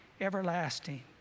everlasting